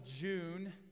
June